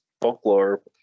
folklore